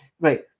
right